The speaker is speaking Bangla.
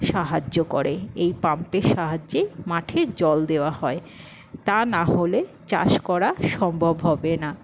সাহায্য করে এই পাম্পের সাহায্যেই মাঠে জল দেওয়া হয় তা নাহলে চাষ করা সম্ভব হবে না